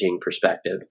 perspective